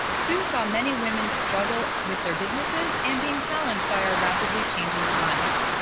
sue saw many women struggle with their businesses and being challenged by our rapidly changing times.